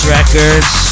Records